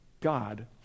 God